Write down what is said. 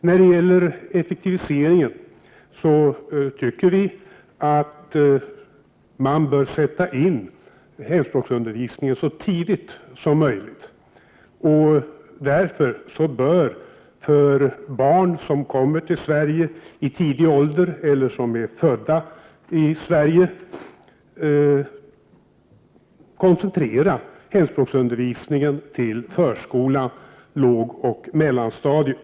När det gäller effektiviseringen tycker vi att man bör sätta in hemspråksundervisningen så tidigt som möjligt. För barn som kommer till Sverige i tidig ålder eller som är födda i Sverige förordas att hemspråksundervisningen koncentreras till förskolan samt grundskolans lågoch mellanstadier.